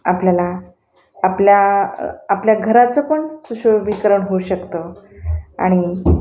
आपल्याला आपल्या आपल्या घराचं पण सुशोभीकरण होऊ शकत आणि